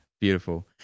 Beautiful